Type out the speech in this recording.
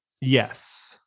Yes